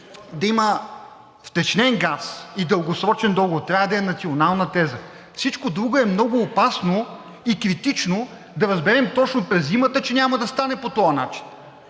да има втечнен газ и дългосрочен договор – трябва да е национална теза, всичко друго е много опасно и критично да разберем точно през зимата, че няма да стане по този начин.